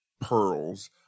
pearls